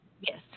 Yes